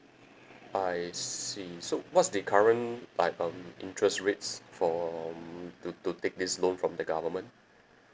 I see so what's the current like um interest rates for mm to to take this loan from the government